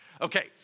Okay